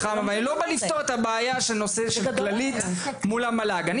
אבל אני לא בא לפתור את הבעיה של "כללית" מול המל"ג,